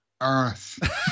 earth